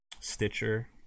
Stitcher